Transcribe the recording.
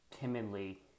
timidly